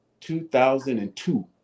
2002